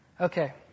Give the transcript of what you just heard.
Okay